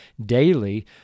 daily